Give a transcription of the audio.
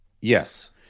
Yes